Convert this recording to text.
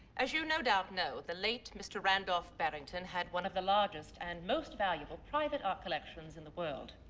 as you no doubt know, the late mr. randolph barrington had one of the largest and most valuable private art collections in the world.